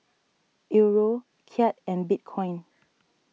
Euro Kyat and Bitcoin